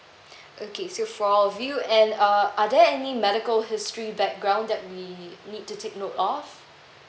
okay so four of you and uh are there any medical history background that we need to take note of